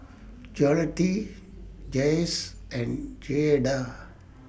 Jolette Jayce and Jaeda